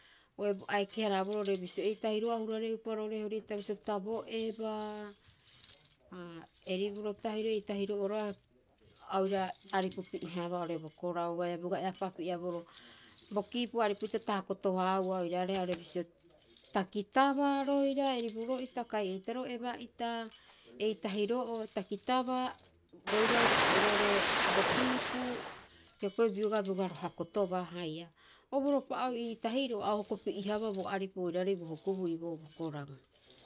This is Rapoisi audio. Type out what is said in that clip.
Hioko'i a eke- haraaboroo oo'ore bisio, eitahiro'oo a hurareupa roo'ore Hori'ita, bisio pita bo eba, aa animal tahiro ei tahiro'oo roga'a aa oira aripupi'e- haabaa oo'ore bo korau haia a bioga eapaapi'e- haaboroo. Bookiipu aripu'ita ta hakoto- haahua oiraareha oo'ore bisio, ta kitabaa roira animal ita kai eitaroo eba'ita, ei tahiro'oo ta kitabaa roirau roo'ore bo kiipu. Hioko'i biogaa bioga ro hakotobaa haia. O boropa'oo ii tahiroo a o hokopi'e- haaba bo aripu oiraarei bo hukubuu iiboou bo korau.